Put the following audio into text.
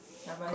ya but it's